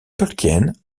tolkien